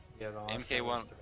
MK1